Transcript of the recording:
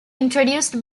introduced